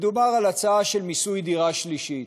מדובר על הצעה של מיסוי דירה שלישית.